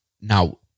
now